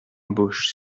embauches